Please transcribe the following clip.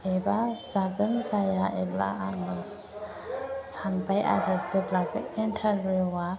एबा जागोन जाया एबा आङो सानबाय आरो जेब्ला बे इन्टारभिउआ